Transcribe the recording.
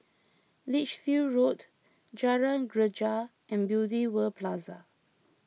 Lichfield Road Jalan Greja and Beauty World Plaza